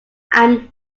i’m